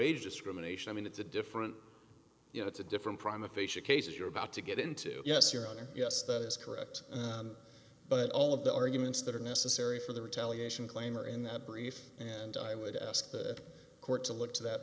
age discrimination i mean it's a different you know it's a different problem aphasia cases you're about to get into yes your honor yes that is correct but all of the arguments that are necessary for the retaliation claim are in that brief and i would ask the court to look to that